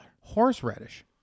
Horseradish